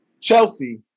chelsea